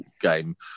game